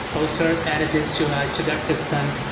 poster added this to ah to their system.